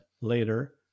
later